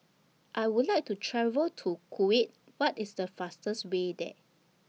I Would like to travel to Kuwait What IS The fastest Way There